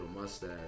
mustache